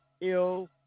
ill